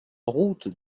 route